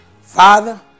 Father